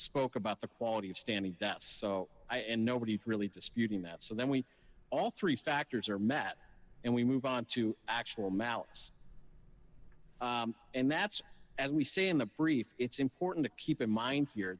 spoke about the quality of standing that so i and nobody really disputing that so then we all three factors are met and we move on to actual malice and that's as we say in the brief it's important to keep in mind